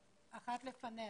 לאחרונה,